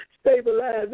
stabilize